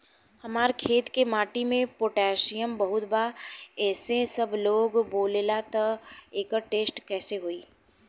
हमार खेत के माटी मे पोटासियम बहुत बा ऐसन सबलोग बोलेला त एकर टेस्ट कैसे होई?